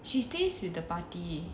she stays with the party